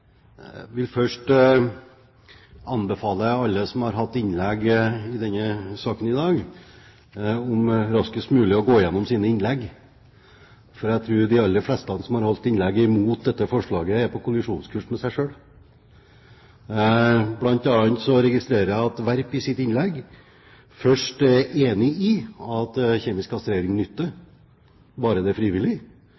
Jeg vil først anbefale alle som har hatt innlegg i denne saken i dag, raskest mulig å gå igjennom sine innlegg, for jeg tror de aller fleste som har holdt innlegg mot dette forslaget, er på kollisjonskurs med seg selv. Blant annet registrerer jeg at Werp i sitt innlegg først er enig i at kjemisk kastrering